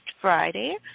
Friday